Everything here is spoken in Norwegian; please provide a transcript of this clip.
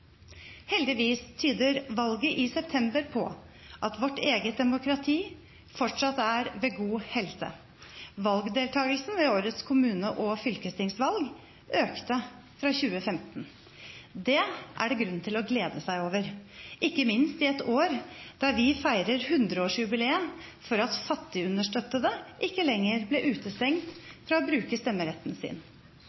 Heldigvis tyder valget i september på at vårt eget demokrati fortsatt er ved god helse. Valgdeltakelsen ved årets kommune- og fylkestingsvalg var en økning fra 2015. Det er det grunn til å glede seg over, ikke minst i et år der vi feirer 100-årsjubileet for at fattigunderstøttede ikke lenger ble utestengt